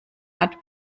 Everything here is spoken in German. hat